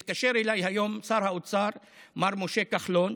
התקשר אליי היום שר האוצר מר משה כחלון